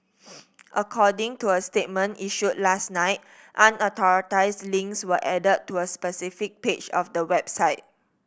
according to a statement issued last night unauthorised links were added to a specific page of the website